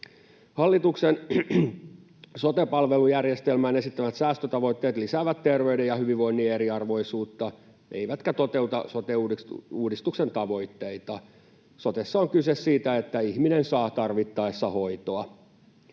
Hallituksen sote-palvelujärjestelmään esittämät säästötavoitteet lisäävät terveyden ja hyvinvoinnin eriarvoisuutta eivätkä toteuta sote-uudistuksen tavoitteita. Sotessa on kyse siitä, että ihminen saa tarvittaessa hoitoa.